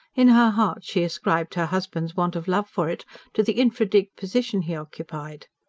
in her heart she ascribed her husband's want of love for it to the infra dig position he occupied.